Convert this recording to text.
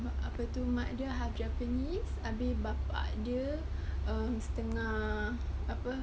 apa tu mak dia half japanese habis bapa dia um setengah apa